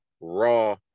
raw